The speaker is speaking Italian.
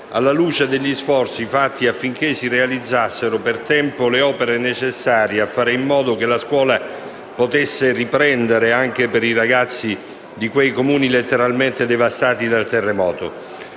alla luce degli sforzi fatti affinché si realizzassero per tempo le opere necessarie a fare in modo che la scuola potesse riprendere anche per i ragazzi di quei Comuni, letteralmente devastati dal terremoto.